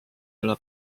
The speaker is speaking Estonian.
üle